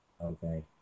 Okay